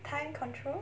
time control